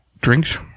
Drinks